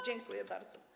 Dziękuję bardzo.